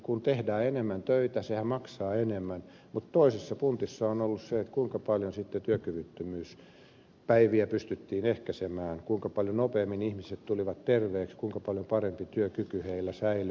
kun tehdään enemmän töitä sehän maksaa enemmän mutta toisessa puntissa on ollut se kuinka paljon sitten työkyvyttömyyspäiviä pystyttiin ehkäisemään kuinka paljon nopeammin ihmiset tulivat terveiksi kuinka paljon parempi työkyky heillä säilyi